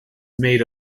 made